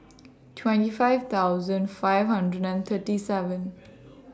twenty five thousand five hundred and thirty seven